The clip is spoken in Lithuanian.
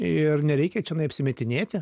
ir nereikia čianai apsimetinėti